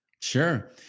Sure